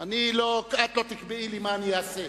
את לא תקבעי לי מה אני אעשה.